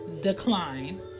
decline